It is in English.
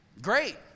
Great